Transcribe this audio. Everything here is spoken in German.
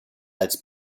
als